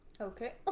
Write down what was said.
okay